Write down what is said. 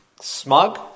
smug